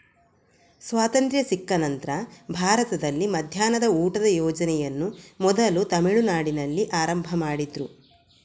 ಸ್ವಾತಂತ್ರ್ಯ ಸಿಕ್ಕ ನಂತ್ರ ಭಾರತದಲ್ಲಿ ಮಧ್ಯಾಹ್ನದ ಊಟದ ಯೋಜನೆಯನ್ನ ಮೊದಲು ತಮಿಳುನಾಡಿನಲ್ಲಿ ಆರಂಭ ಮಾಡಿದ್ರು